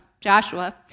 Joshua